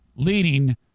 Leading